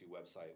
website